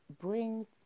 bring